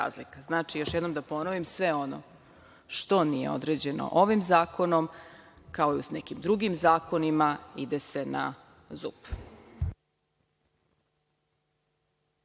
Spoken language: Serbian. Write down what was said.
još jednom da ponovim, sve ono što nije određeno ovim zakonom, kao i u nekim drugim zakonima, ide se na zub.